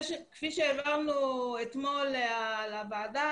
כפי שהבהרנו אתמול לוועדה,